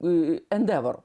i endevor